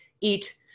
eat